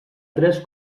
tres